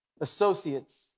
associates